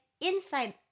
inside